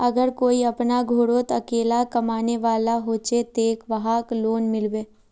अगर कोई अपना घोरोत अकेला कमाने वाला होचे ते वहाक लोन मिलबे?